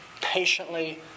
patiently